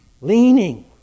leaning